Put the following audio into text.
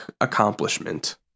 accomplishment